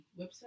website